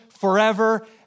forever